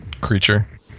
creature